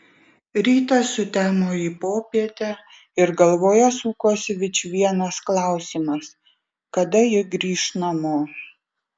rytas sutemo į popietę ir galvoje sukosi vičvienas klausimas kada ji grįš namo